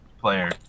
player